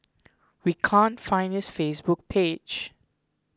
we can't find his Facebook page